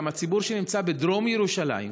גם הציבור שנמצא בדרום ירושלים,